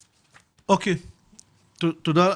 תודה.